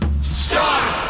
Stop